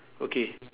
okay